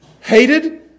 Hated